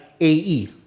AE